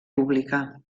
pública